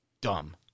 dumb